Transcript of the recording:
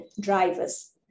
drivers